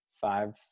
five